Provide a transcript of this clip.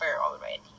already